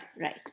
Right